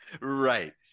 right